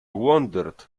wondered